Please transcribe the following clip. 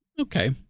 okay